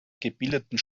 gebildeten